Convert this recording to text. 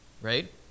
Right